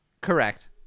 Correct